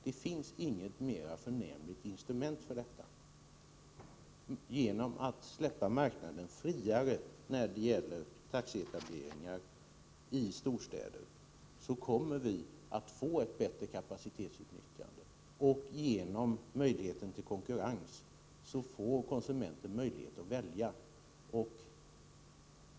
Det finns inget mera förnämligt instrument för detta. Genom att släppa marknaden friare när det gäller taxietableringar i storstäder kommer vi att få ett bättre kapacitetsutnyttjande, och genom möjligheten till konkurrens får konsumenten möjlighet att välja.